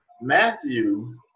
Matthew